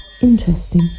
Interesting